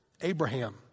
Abraham